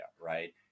Right